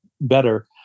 better